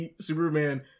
Superman